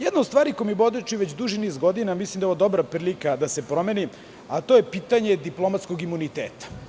Jedna od stvari koja mi bode oči već duži niz godina, a mislim da je ovo dobra prilika da se promeni, a to je pitanje diplomatskog imuniteta.